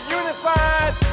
unified